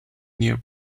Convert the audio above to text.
near